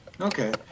Okay